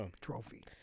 trophy